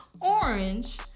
orange